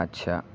اچھا